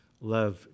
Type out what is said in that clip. Love